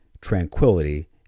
tranquility